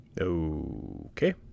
Okay